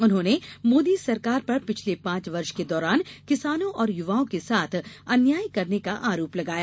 उन्होंने मोदी सरकार पर पिछले पांच वर्ष के दौरान किसानों और युवाओं के साथ अन्याय करने का आरोप लगाया